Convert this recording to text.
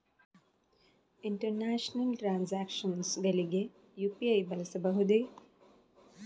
International transactions ಗಳಿಗೆ UPI ಬಳಸಬಹುದೇ?